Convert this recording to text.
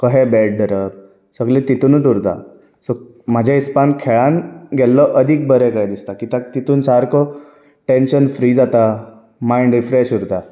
कहें बॅट धरप सगलें तेतुनूत उरता सो म्हाज्या हिसपान खेळान गेल्लो अदीक बरें कशें दिसता कित्याक तेतून सारको टॅन्शन फ्री जाता मायण्ड रिफ्रेश उरता